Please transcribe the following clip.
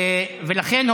ולכן,